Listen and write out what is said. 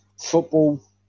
Football